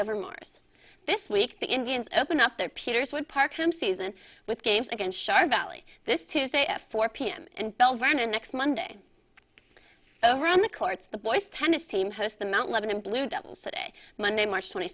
ever maurice this week the indians open up their peters would park him season with games against shar valley this tuesday at four pm and bell vernon next monday over on the courts the boys tennis team host the mount lebanon blue devils today monday march twenty